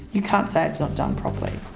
you can't say it's not done properly.